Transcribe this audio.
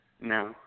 No